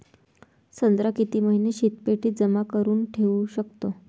संत्रा किती महिने शीतपेटीत जमा करुन ठेऊ शकतो?